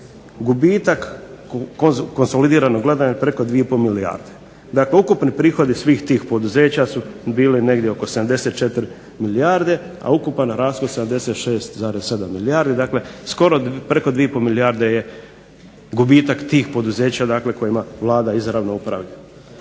gubitak konsolidirano gledano je preko 2 i pol milijarde. Dakle, ukupni prihodi svih tih poduzeća su bili negdje oko 74 milijarde, a ukupan rashod 76,7 milijardi. Dakle, skoro preko 2 i pol milijarde je gubitak tih poduzeća, dakle kojima Vlada izravno upravlja.